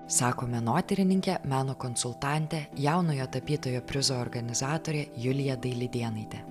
sako menotyrininkė meno konsultantė jaunojo tapytojo prizo organizatorė julija dailidėnaitė